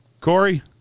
Corey